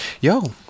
Yo